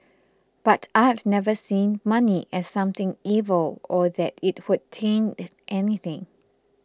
but I have never seen money as something evil or that it would taint anything